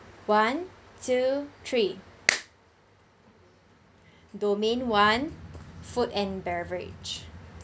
one two three domain one food and beverage